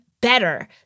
better